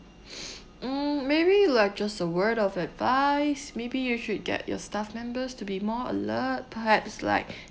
mm maybe like just a word of advice maybe you should get your staff members to be more alert perhaps like